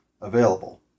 available